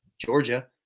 Georgia